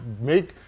make